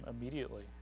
immediately